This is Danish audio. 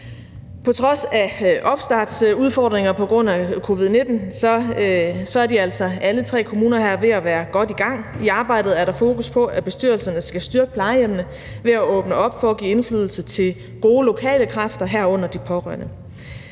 På trods af opstartsudfordringer på grund af covid-19 er alle tre kommuner altså ved at være godt i gang. I arbejdet er der fokus på, at bestyrelserne skal styrke plejehjemmene ved at åbne op for at give indflydelse til gode lokale kræfter, herunder de pårørende.